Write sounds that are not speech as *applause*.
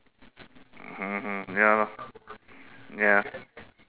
*laughs* ya lor ya